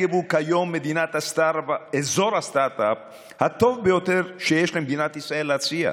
כיום הנגב הוא אזור הסטרטאפ הטוב ביותר שיש למדינת ישראל להציע.